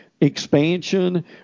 expansion